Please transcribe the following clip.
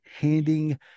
handing